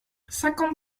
cinquante